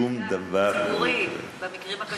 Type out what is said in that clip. שום דבר, הבית, הדיור הציבורי, במקרים הקשים.